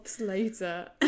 later